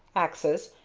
axes,